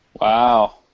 Wow